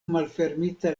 malfermita